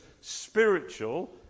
spiritual